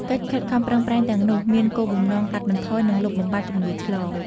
កិច្ចខិតខំប្រឹងប្រែងទាំងនោះមានគោលបំណងកាត់បន្ថយ និងលុបបំបាត់ជំងឺឆ្លង។